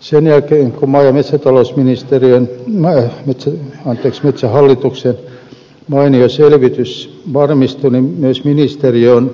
sen jälkeen kun maa ja metsätalousministeriö lähti ties metsähallituksen mainio selvitys valmistui myös ministeriö on